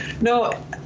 No